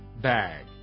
Bag